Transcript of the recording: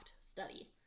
study